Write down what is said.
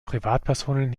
privatpersonen